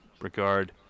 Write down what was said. regard